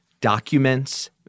documents